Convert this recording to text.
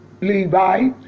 Levi